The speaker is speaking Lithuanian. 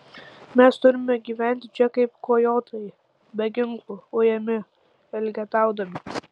mes turime gyventi čia kaip kojotai be ginklų ujami elgetaudami